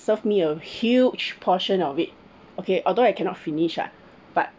serve me a huge portion of it okay although I cannot finish ah but